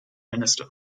minister